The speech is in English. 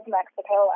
Mexico